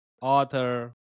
author